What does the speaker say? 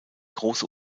große